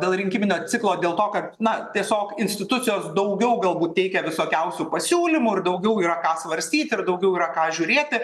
dėl rinkiminio ciklo dėl to kad na tiesiog institucijos daugiau galbūt teikia visokiausių pasiūlymų ir daugiau yra ką svarstyti ir daugiau yra ką žiūrėti